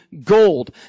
gold